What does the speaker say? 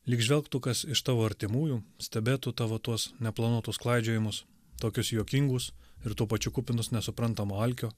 lyg žvelgtų kas iš tavo artimųjų stebėtų tavo tuos neplanuotus klaidžiojimus tokius juokingus ir tuo pačiu kupinus nesuprantamo alkio